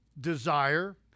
desire